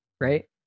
right